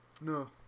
No